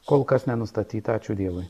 kol kas nenustatyta ačiū dievui